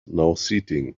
nauseating